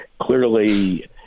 clearly